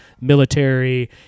military